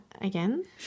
again